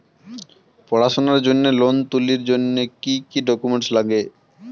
পড়াশুনার জন্যে লোন তুলির জন্যে কি কি ডকুমেন্টস নাগে?